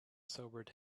sobered